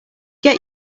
get